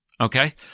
okay